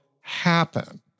happen